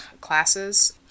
classes